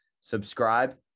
subscribe